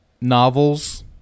novels